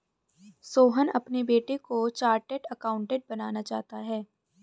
सोहन अपने बेटे को चार्टेट अकाउंटेंट बनाना चाहता है